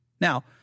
Now